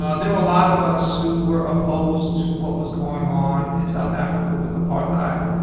um there were a lot of us who were opposed to what was going on in south africa with apartheid.